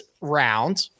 round